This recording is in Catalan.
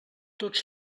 tots